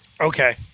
Okay